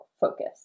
focus